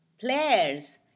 players